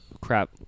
crap